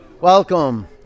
Welcome